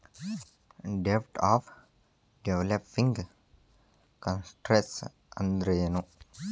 ಡೆಬ್ಟ್ of developing countries ಅಂದ್ರೇನು?